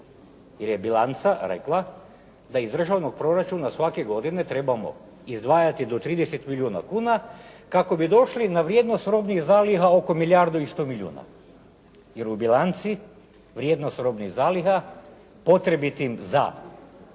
jer je bilanca rekla da iz državnog proračuna svake godine trebamo izdvajati do 30 milijuna kuna kako bi došli na vrijednost robnih zaliha oko milijardu i 100 milijuna jer u bilanci vrijednost robnih zaliha potrebitim za